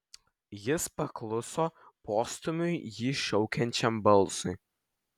jis pakluso postūmiui jį šaukiančiam balsui